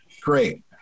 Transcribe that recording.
Great